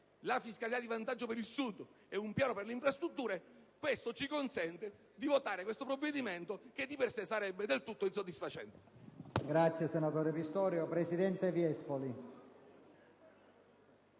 la fiscalità di vantaggio per il Sud ed un piano per le infrastrutture ci consente di votare questo provvedimento, che di per sé sarebbe del tutto insoddisfacente.